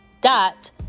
dot